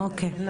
אוקיי טוב.